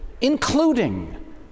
including